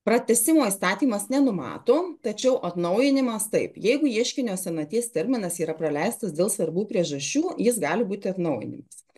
pratęsimo įstatymas nenumato tačiau atnaujinimas taip jeigu ieškinio senaties terminas yra praleistas dėl svarbių priežasčių jis gali būti atnaujinamas